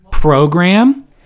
Program